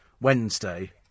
Wednesday